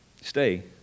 stay